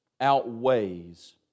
outweighs